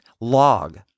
Log